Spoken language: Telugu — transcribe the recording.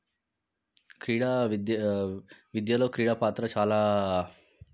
క్రీడా విద్య విద్యలో క్రీడా పాత్ర చాలా